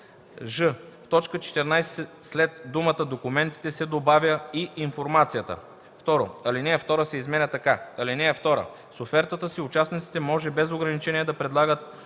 ж) в т. 14 след думата „документите” се добавя „и информацията”. 2. Алинея 2 се изменя така: „(2) С офертата си участниците може без ограничения да предлагат